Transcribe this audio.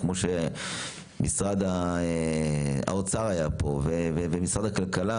כמו שמשרד האוצר היה פה ומשרד הכלכלה,